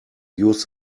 use